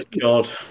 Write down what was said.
God